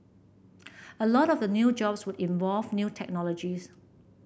a lot of the new jobs would involve new technologies